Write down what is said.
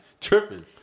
tripping